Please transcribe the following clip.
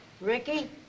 Ricky